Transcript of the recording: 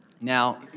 Now